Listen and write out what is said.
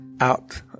out